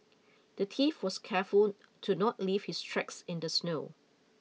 the thief was careful to not leave his tracks in the snow